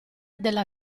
della